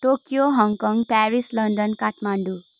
Tokyo Hong Kong Paris London Kathmandu